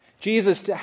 Jesus